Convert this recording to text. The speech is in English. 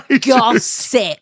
gossip